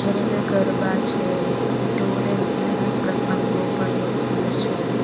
જેની અંદર ગરબા છે ઢોલેરીનાના પ્રસંગો પર લોકપ્રિય છે